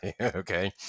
Okay